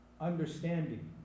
understanding